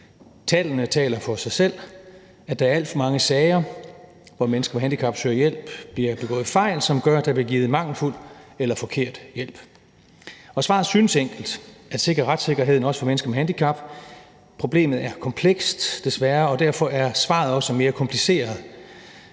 Tallene taler for sig selv: Der er alt for mange sager, hvor mennesker med handicap søger hjælp, og hvor der bliver begået fejl, som gør, at der bliver givet mangelfuld eller forkert hjælp. Svaret synes enkelt, nemlig at man skal sikre retssikkerheden, også for mennesker med handicap, men problemet er desværre komplekst, og derfor er svaret også mere kompliceret.